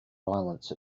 violence